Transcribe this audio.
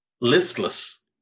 listless